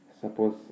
Suppose